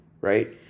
right